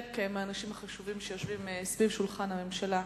מהאנשים החשובים שיושבים סביב שולחן הממשלה,